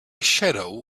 shadow